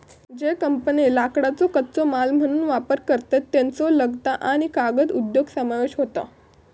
ज्ये कंपन्ये लाकडाचो कच्चो माल म्हणून वापर करतत, त्येंचो लगदा आणि कागद उद्योगात समावेश होता